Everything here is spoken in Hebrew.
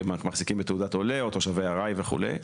בתעודת עולה או תושבים ארעיים וכולי,